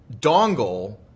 dongle